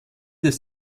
des